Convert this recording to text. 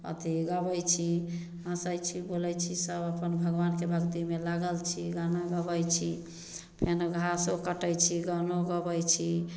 अथी गबै छी हँसै छी बोलै छी सभ अपन भगवानके भक्तिमे लागल छी गाना गबै छी फेर घासो कटै छी गानो गबै छी